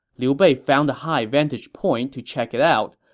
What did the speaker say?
liu bei found a high vantage point to check it out,